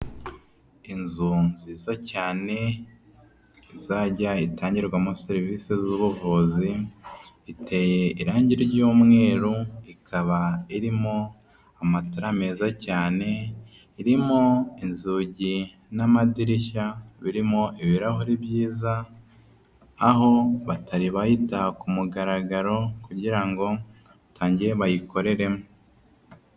Inzu nziza cyane izajya itangirwamo serivisi z'ubuvuzi, iteye irangi ry'umweru, ikaba irimo amatara meza cyane, irimo inzugi n'amadirishya birimo ibirahuri byiza, aho batari bayitaha ku mugaragaro kugira ngo batangire bayikoreremo.